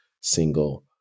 single